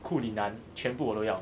库里南全部我都要